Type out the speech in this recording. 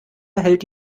hält